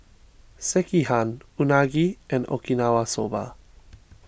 Sekihan Unagi and Okinawa Soba